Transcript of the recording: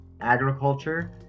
agriculture